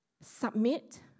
submit